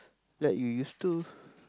like you used to